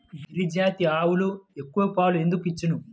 గిరిజాతి ఆవులు ఎక్కువ పాలు ఎందుకు ఇచ్చును?